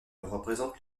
représente